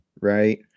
right